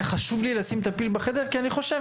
היה חשוב לי לשים את הפיל בחדר כי אני חושב